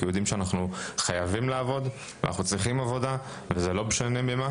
כי יודעים שאנחנו חייבים לעבוד וחייבים עבודה וזה לא משנה במה